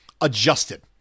adjusted